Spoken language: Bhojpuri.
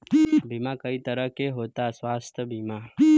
बीमा कई तरह के होता स्वास्थ्य बीमा?